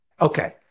Okay